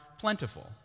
plentiful